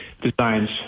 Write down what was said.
designs